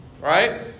Right